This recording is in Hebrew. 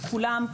כולם,